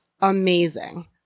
amazing